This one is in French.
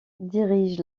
dirige